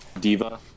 diva